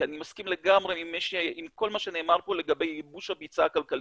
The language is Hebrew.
כי אני מסכים לגמרי עם כל מה שנאמר פה לגבי ייבוש הביצה הכלכלית.